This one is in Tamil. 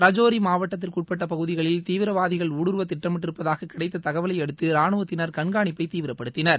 ரஜோரி மாவட்டத்திற்குட்பட்ட பகுதிகளில் தீவிரவாரதிகள் ஊடுருவ திட்டமிட்டிருப்பதாக கிடைத்த தகவலையடுத்து ராணுவத்தினர் கண்காணிப்பை தீவிரப்படுத்தினர்